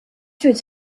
wird